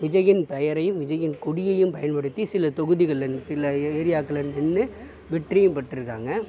விஜய்யின் பெயரையும் விஜய்யின் கொடியையும் பயன்படுத்தி சில தொகுதிகள்ல நின் சில ஏரியாக்கள்ல நின்று வெற்றியும் பெற்றிருக்காங்கள்